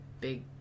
big